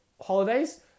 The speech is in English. holidays